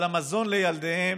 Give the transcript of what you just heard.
על המזון לילדיהם,